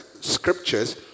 scriptures